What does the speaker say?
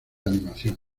animación